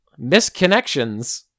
misconnections